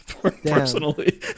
Personally